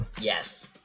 Yes